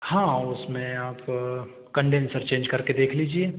हाँ उसमें आप कंडेन्सर चेंज करके देख लीजिए